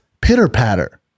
pitter-patter